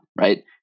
right